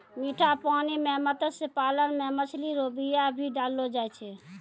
मीठा पानी मे मत्स्य पालन मे मछली रो बीया भी डाललो जाय छै